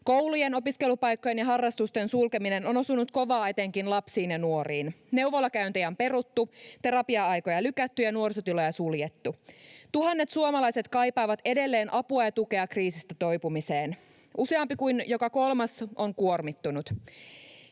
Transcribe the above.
Koulujen, opiskelupaikkojen ja harrastusten sulkeminen on osunut kovaa etenkin lapsiin ja nuoriin. Neuvolakäyntejä on peruttu, terapia-aikoja lykätty ja nuorisotiloja suljettu. Tuhannet suomalaiset kaipaavat edelleen apua ja tukea kriisistä toipumiseen. Useampi kuin joka kolmas on kuormittunut.